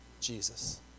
Jesus